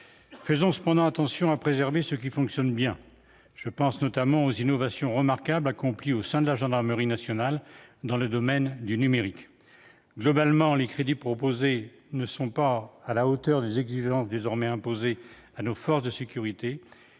Faisons cependant attention à préserver ce qui fonctionne bien : je pense notamment aux innovations remarquables accomplies au sein de la gendarmerie nationale dans le domaine du numérique. Globalement, les crédits proposés ne sont pas à la hauteur des exigences désormais imposées aux forces de sécurité